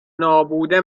نابوده